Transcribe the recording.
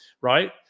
right